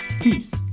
Peace